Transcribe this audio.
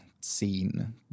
scene